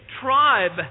tribe